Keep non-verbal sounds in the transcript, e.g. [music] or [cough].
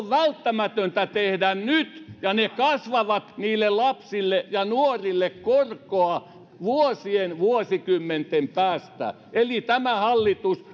[unintelligible] välttämätöntä tehdä ne nyt ja ne kasvavat niille lapsille ja nuorille korkoa vuosien vuosikymmenten päästä eli tämä hallitus [unintelligible]